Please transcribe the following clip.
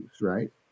Right